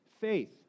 faith